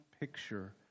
picture